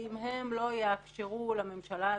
שאם הם לא יאפשרו לממשלה הזאת,